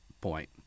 point